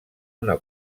una